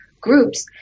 groups